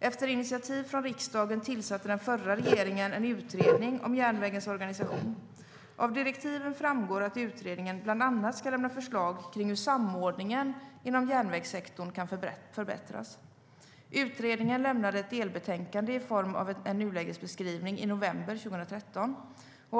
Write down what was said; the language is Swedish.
Efter initiativ från riksdagen tillsatte den förra regeringen en utredning om järnvägens organisation. Av direktiven framgår att utredningen bland annat ska lämna förslag till hur samordningen inom järnvägssektorn kan förbättras. Utredningen lämnade ett delbetänkande i form av en nulägesbeskrivning i november 2013.